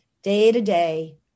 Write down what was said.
Day-to-day